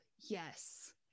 yes